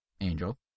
Angel